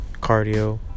cardio